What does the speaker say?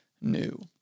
new